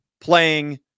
playing